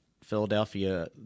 Philadelphia